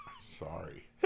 sorry